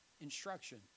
instruction